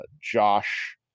Josh